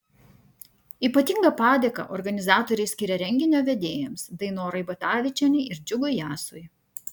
ypatingą padėką organizatoriai skiria renginio vedėjams dainorai batavičienei ir džiugui jasui